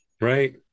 Right